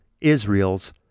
Israel's